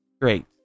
great